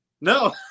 No